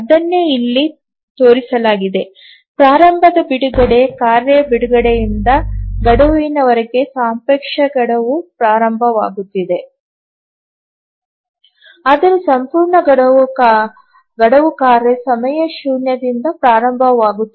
ಅದನ್ನೇ ಇಲ್ಲಿ ತೋರಿಸಲಾಗಿದೆ ಪ್ರಾರಂಭದ ಬಿಡುಗಡೆ ಕಾರ್ಯ ಬಿಡುಗಡೆಯಿಂದ ಗಡುವಿನವರೆಗೆ ಸಾಪೇಕ್ಷ ಗಡುವು ಪ್ರಾರಂಭವಾಗುತ್ತಿದೆ ಆದರೆ ಸಂಪೂರ್ಣ ಗಡುವು ಕಾರ್ಯ ಸಮಯ ಶೂನ್ಯದಿಂದ ಪ್ರಾರಂಭವಾಗುತ್ತಿದೆ